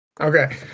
Okay